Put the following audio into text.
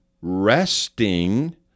resting